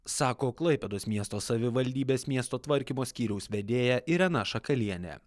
sako klaipėdos miesto savivaldybės miesto tvarkymo skyriaus vedėja irena šakalienė